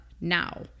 now